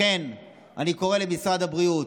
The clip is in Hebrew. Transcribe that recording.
לכן, אני קורא למשרד הבריאות,